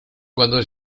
cuando